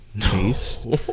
taste